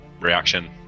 reaction